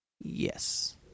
Yes